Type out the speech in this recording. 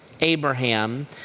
Abraham